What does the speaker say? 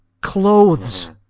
clothes